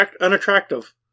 unattractive